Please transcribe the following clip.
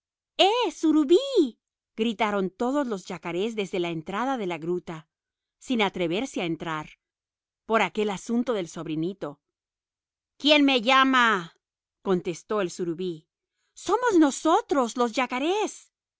eh surubí gritaron todos los yacarés desde la entrada de la gruta sin atreverse a entrar por aquel asunto del sobrinito quién me llama contestó el surubí somos nosotros los yacarés